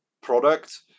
product